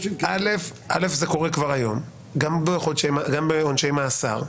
זה קורה כבר היום, גם בעונשי מאסר.